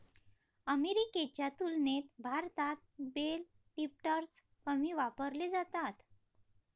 अमेरिकेच्या तुलनेत भारतात बेल लिफ्टर्स कमी वापरले जातात